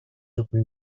үгүй